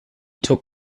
took